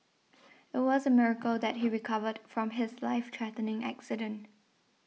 it was a miracle that he recovered from his life threatening accident